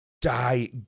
die